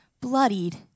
bloodied